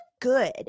good